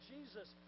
Jesus